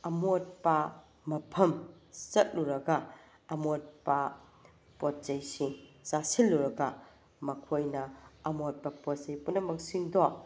ꯑꯃꯣꯠꯄ ꯃꯐꯝ ꯆꯠꯂꯨꯔꯒ ꯑꯃꯣꯠꯄ ꯄꯣꯠ ꯆꯩꯁꯤꯡ ꯆꯥꯁꯤꯜꯂꯨꯔꯒ ꯃꯈꯣꯏꯅ ꯑꯃꯣꯠꯄ ꯄꯣꯠ ꯆꯩ ꯄꯨꯝꯅꯃꯛꯁꯤꯡꯗꯣ